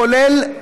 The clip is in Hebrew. כולל,